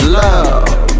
love